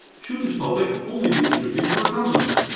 should this topic only be interesting for accountants?